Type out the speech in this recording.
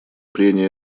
прения